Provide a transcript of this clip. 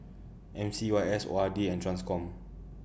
M C Y S O R D and TRANSCOM